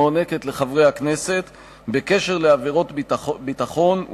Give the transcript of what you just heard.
המוענקת לחברי הכנסת בקשר לעבירות ביטחון,